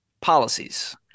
policies